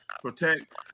protect